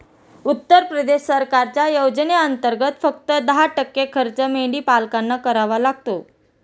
उत्तर प्रदेश सरकारच्या योजनेंतर्गत, फक्त दहा टक्के खर्च मेंढीपालकांना करावा लागतो